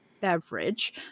beverage